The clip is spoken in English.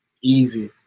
easy